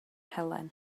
helen